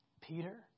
Peter